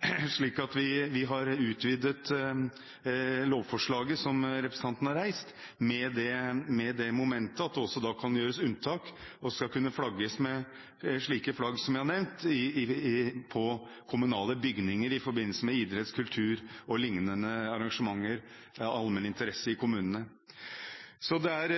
har reist, med det momentet at det også kan gjøres unntak, slik at det skal kunne flagges med slike flagg som jeg har nevnt, på kommunale bygninger i forbindelse med idretts-, kultur- og lignende arrangementer av allmenn interesse i kommunene. Det er